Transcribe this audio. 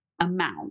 amount